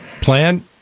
plan